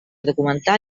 documentar